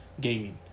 gaming